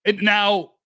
Now